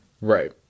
Right